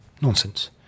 Nonsense